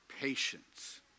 patience